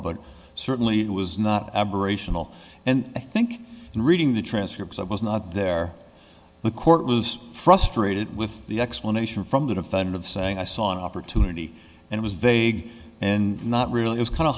but certainly it was not aberrational and i think in reading the transcripts i was not there the court was frustrated with the explanation from the defendant of saying i saw an opportunity and it was vague and not really is kind of